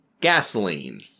gasoline